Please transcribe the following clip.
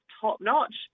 top-notch